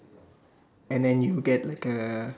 and then you get like a